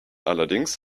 allerdings